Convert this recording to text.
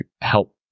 help